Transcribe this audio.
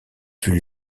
fut